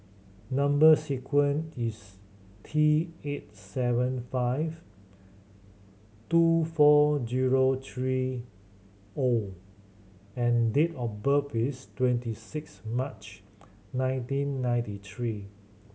number sequence is T eight seven five two four zero three O and date of birth is twenty six March nineteen ninety three